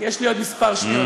כי יש לי כמה כמה שניות,